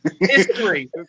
History